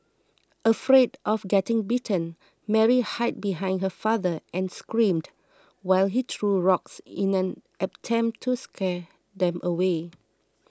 afraid of getting bitten Mary hid behind her father and screamed while he threw rocks in an attempt to scare them away